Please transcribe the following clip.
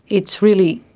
it's really,